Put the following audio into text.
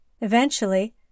Eventually